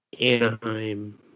Anaheim